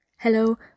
Hello